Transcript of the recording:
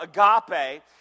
agape